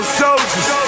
soldiers